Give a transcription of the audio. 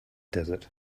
desert